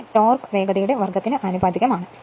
ഇതിന് ടോർക്ക് വേഗതയുടെ വർഗ്ഗത്തിന് ആനുപാതികമാണ്